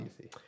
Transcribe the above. easy